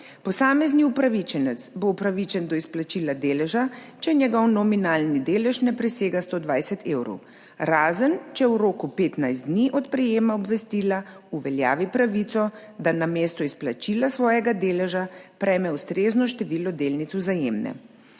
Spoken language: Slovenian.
Posamezni upravičenec bo upravičen do izplačila deleža, če njegov nominalni delež ne presega 120 evrov, razen če v roku 15 dni od prejema obvestila uveljavi pravico, da namesto izplačila svojega deleža, prejme ustrezno število delnic Vzajemne.